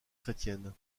chrétiennes